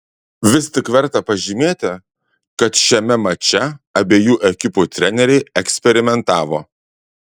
vis tik verta pažymėti kad šiame mače abiejų ekipų treneriai eksperimentavo